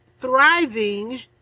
thriving